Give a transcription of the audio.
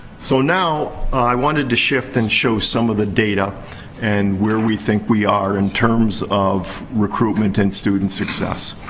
so, now, i wanted to shift and show some of the data and where we think we are in terms of recruitment and students' success.